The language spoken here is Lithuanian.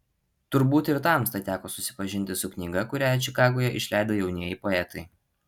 turbūt ir tamstai teko susipažinti su knyga kurią čikagoje išleido jaunieji poetai